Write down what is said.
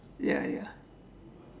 ya ya